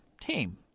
tame